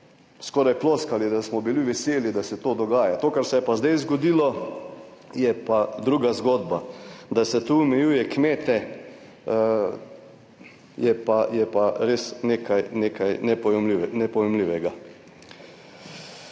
skoraj ploskali, da smo bili veseli, da se to dogaja. To, kar se je pa zdaj zgodilo, je pa druga zgodba. Da se tu omejuje kmete, je pa je pa res nekaj nepojmljivega,